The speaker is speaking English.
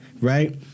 right